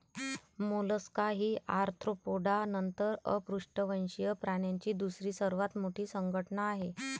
Mollusca ही arthropoda नंतर अपृष्ठवंशीय प्राण्यांची दुसरी सर्वात मोठी संघटना आहे